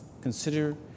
Consider